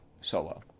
solo